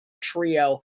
trio